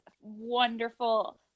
wonderful